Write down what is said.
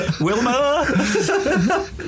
Wilma